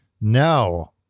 No